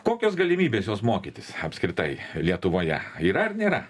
kokios galimybės jos mokytis apskritai lietuvoje yra ar nėra